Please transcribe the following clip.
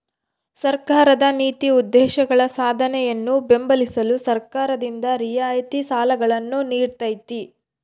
ಸರ್ಕಾರದ ನೀತಿ ಉದ್ದೇಶಗಳ ಸಾಧನೆಯನ್ನು ಬೆಂಬಲಿಸಲು ಸರ್ಕಾರದಿಂದ ರಿಯಾಯಿತಿ ಸಾಲಗಳನ್ನು ನೀಡ್ತೈತಿ